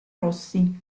rossi